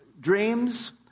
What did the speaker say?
dreams